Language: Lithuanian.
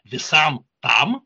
visam tam